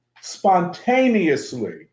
spontaneously